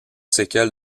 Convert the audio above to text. séquelles